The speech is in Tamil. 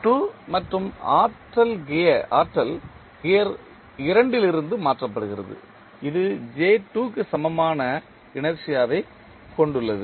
T2 மற்றும் ஆற்றல் கியர் 2 இலிருந்து மாற்றப்படுகிறது இது J2 க்கு சமமான இனர்ஷியா வைக் கொண்டுள்ளது